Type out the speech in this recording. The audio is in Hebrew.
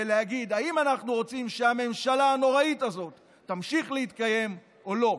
של להגיד: האם אנחנו רוצים שהממשלה הנוראית הזאת תמשיך להתקיים או לא?